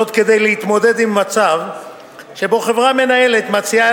זאת כדי להתמודד עם מצב שבו חברה מנהלת מציעה